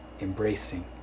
embracing